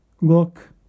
Look